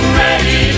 ready